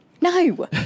No